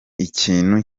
ikintu